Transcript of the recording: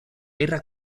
guerra